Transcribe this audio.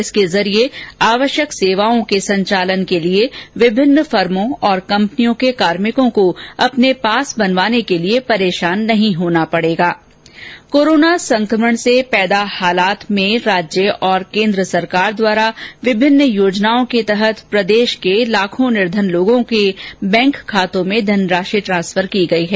इसके जरिये आवश्यक सेवाओं के संचालन के लिए विभिन्न फर्मों और कंपनियों के कार्मिकों को अपने पास बनवाने के लिए परेशान नहीं होना पड़ेगा कोरोना संकमण से पैदा हालात में राज्य और केन्द्र सरकार द्वारा विभिन्न योजनाओं के तहत प्रदेश के लाखों लोगों के बैंक खातों में धनराशि ट्रांसफर की गयी है